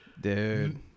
Dude